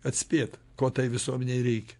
atspėt ko tai visuomenei reikia